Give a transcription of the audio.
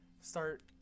start